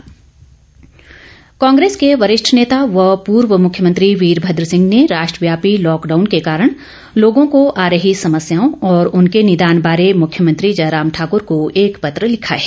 वीरभद्र सिंह कांग्रेस के वरिष्ठ नेता व पूर्व मुख्यमंत्री वीरभद सिंह ने राष्ट्रव्यापी लॉकडाउन के कारण लोगों को आ रही समस्याओं और उनके निदान बारे मुख्यमंत्री जयराम ठाकूर को एक पत्र लिखा है